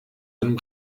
einem